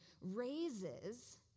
raises